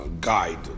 guide